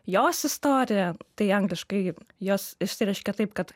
jos istoriją tai angliškai jos išsireiškė taip kad